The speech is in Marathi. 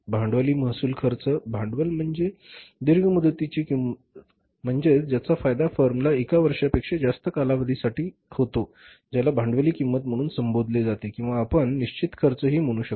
भांडवली महसूल खर्च भांडवल म्हणजे दीर्घ मुदतीची किंमत म्हणजे ज्याचा फायदा फर्मला एका वर्षापेक्षा जास्त कालावधी साठी जमा होतो ज्याला भांडवली किंमत म्हणून संबोधले जाते किंवा आपण निश्चित खर्च ही म्हणू शकता